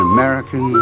American